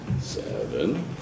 Seven